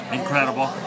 incredible